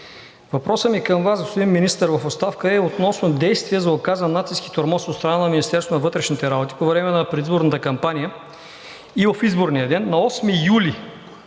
Въпросът ми към Вас, господин Министър в оставка, е относно действия за оказан натиск и тормоз от страна на Министерството на вътрешните работи по време на предизборната кампания и в изборния ден на 8 юли